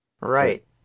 Right